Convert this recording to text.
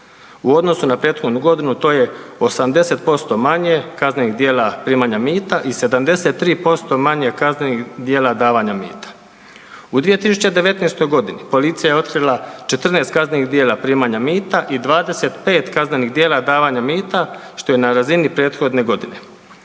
U odnosu na prethodnu godinu to je 80% manje kaznenih djela primanja mita i 73% manje kaznenih djela davanja mita. U 2019. godini policija je otkrila 14 kaznenih djela primanja mita i 25 kaznenih djela davanja mita što je na razini prethodne godine.